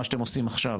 מה שאתם עושים עכשיו